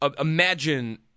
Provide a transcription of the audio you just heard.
imagine